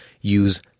use